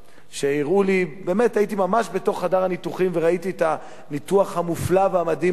הייתי ממש בתוך חדר הניתוחים וראיתי את הניתוח המופלא והמדהים הזה,